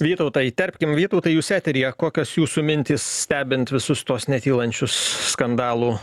vytautą įterpkim vytautai jūs eteryje kokios jūsų mintys stebint visus tuos netylančius skandalų